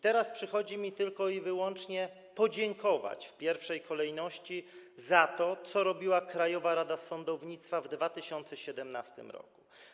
Teraz przychodzi mi tylko i wyłącznie podziękować w pierwszej kolejności za to, co robiła Krajowa Rada Sądownictwa w 2017 r.